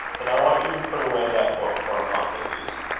then i want you to put away that book for a month at least.